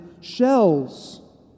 shells